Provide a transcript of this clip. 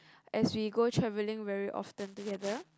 as we go travelling very often together